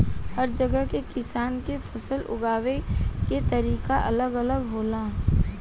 हर जगह के किसान के फसल उगावे के तरीका अलग अलग होला